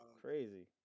Crazy